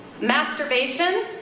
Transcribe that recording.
Masturbation